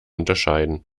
unterscheiden